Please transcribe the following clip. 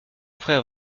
frère